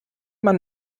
man